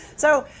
so,